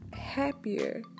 happier